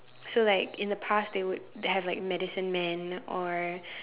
so like in the past they would have like medicine men or